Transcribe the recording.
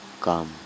come